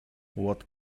what